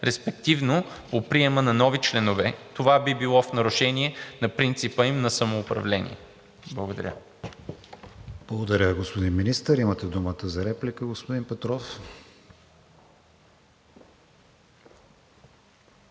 респективно по приема на нови членове. Това би било в нарушение на принципа им на самоуправление. Благодаря. ПРЕДСЕДАТЕЛ КРИСТИАН ВИГЕНИН: Благодаря, господин Министър. Имате думата за реплика, господин Петров.